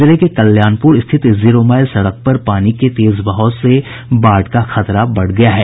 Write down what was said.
जिले के कल्याणपुर स्थित जीरो माईल सड़क पर पानी के तेज बहाव से बाढ़ का खतरा बढ़ गया है